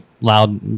loud